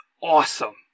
awesome